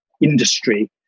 industry